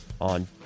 on